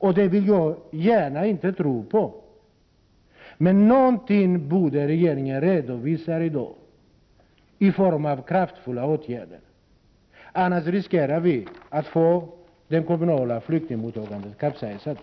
Jag vill inte gärna tro på detta. Men regeringen borde i dag redovisa någon form av kraftfulla åtgärder. Annars finns det risk för att det kommunala flyktingmottagandet kapsejsar.